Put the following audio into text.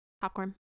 Popcorn